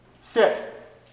sit